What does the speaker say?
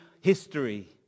history